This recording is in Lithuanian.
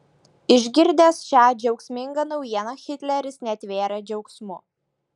išgirdęs šią džiaugsmingą naujieną hitleris netvėrė džiaugsmu